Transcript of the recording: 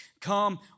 come